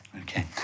Okay